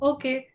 Okay